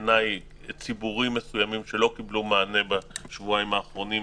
ציבורים מסוימים שלא קיבלו מענה בשבועיים האחרונים,